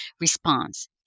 response